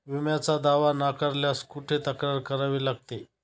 विम्याचा दावा नाकारल्यास कुठे तक्रार करावी लागते?